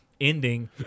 ending